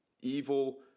evil